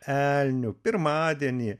elnių pirmadienį